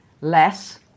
less